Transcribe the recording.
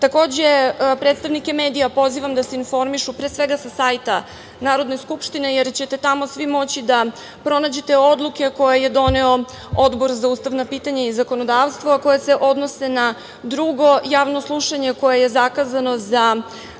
promena. Takođe, predstavnike medija pozivam da se informišu sa sajta Narodne skupštine, jer ćete tamo svi moći da pronađete odluke koje je doneo Odbor za ustavna pitanja i zakonodavstvo, a koja se odnose na drugo javno slušanje koje je zakazano za